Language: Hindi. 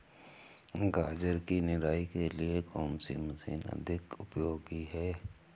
गाजर की निराई के लिए कौन सी मशीन अधिक उपयोगी है?